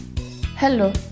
Hello